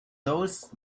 those